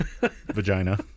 vagina